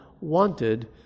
wanted